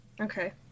Okay